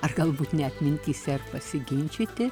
ar galbūt net mintyse ir pasiginčyti